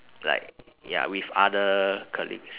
like ya with other colleagues